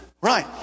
Right